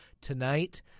tonight